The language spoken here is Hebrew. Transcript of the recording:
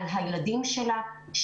על הילדים שלה,